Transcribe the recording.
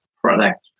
product